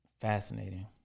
Fascinating